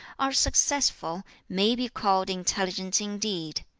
are successful, may be called intelligent indeed.